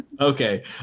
Okay